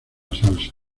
salsa